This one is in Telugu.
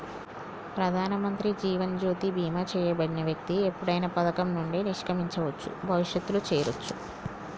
ప్రధానమంత్రి జీవన్ జ్యోతి బీమా చేయబడిన వ్యక్తి ఎప్పుడైనా పథకం నుండి నిష్క్రమించవచ్చు, భవిష్యత్తులో చేరొచ్చు